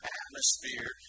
atmosphere